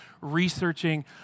researching